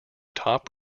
top